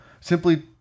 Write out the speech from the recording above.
Simply